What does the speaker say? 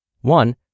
One